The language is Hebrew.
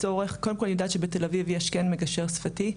קודם כל אני יודעת שבתל אביב יש כן מגשר שפתי,